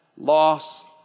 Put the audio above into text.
loss